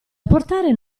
apportare